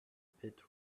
pit